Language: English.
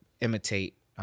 imitate